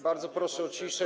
Bardzo proszę o ciszę.